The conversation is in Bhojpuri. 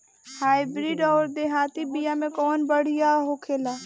हाइब्रिड अउर देहाती बिया मे कउन बढ़िया बिया होखेला?